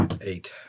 Eight